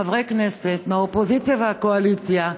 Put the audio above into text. חברי כנסת מהאופוזיציה והקואליציה,